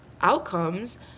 outcomes